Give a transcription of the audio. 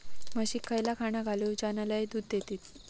म्हशीक खयला खाणा घालू ज्याना लय दूध देतीत?